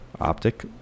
optic